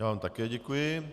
Já vám také děkuji.